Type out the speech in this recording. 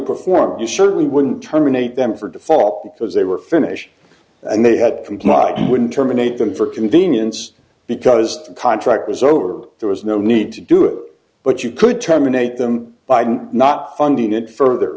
perform you certainly wouldn't terminate them for default because they were finished and they had complied you wouldn't terminate them for convenience because the contract was over there was no need to do it but you could terminate them biden not funding it further